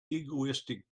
egoistic